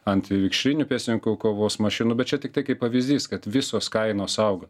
antivikšrinių pėstininkų kovos mašinų bet čia tiktai kaip pavyzdys kad visos kainos auga